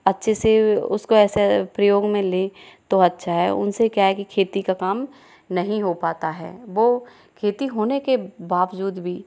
अच्छे से उसको ऐसे प्रयोग में लें तो अच्छा है उनसे क्या है कि खेती का काम नहीं हो पाता है वो खेती होने के बावजूद भी